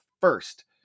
first